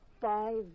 five